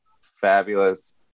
fabulous